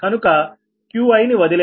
కనుక Qi ని వదిలేయండి